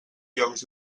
llocs